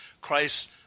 Christ